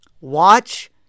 Watch